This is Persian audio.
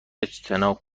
اجتناب